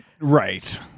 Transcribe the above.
Right